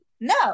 No